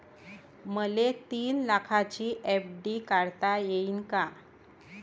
मले तीन लाखाची एफ.डी काढता येईन का?